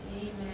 Amen